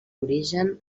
origen